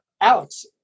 Alex